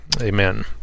amen